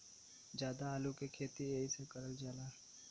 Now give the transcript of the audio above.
जादा आलू के खेती एहि से करल जाला